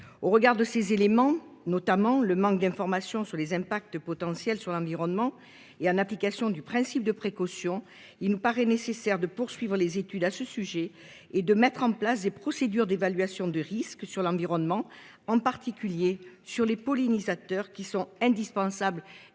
Au regard de ces éléments, du manque d'informations sur les impacts potentiels sur l'environnement et en application du principe de précaution, il nous paraît nécessaire de poursuivre les études à ce sujet et de mettre en place des procédures d'évaluation de risques sur l'environnement, en particulier sur les pollinisateurs, qui, nous le